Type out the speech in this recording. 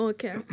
Okay